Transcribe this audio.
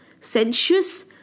sensuous